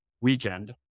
Weekend